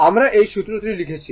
আমরা এই সূত্রটি লিখেছি